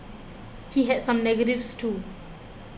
he had some negatives too